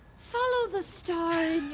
follow the star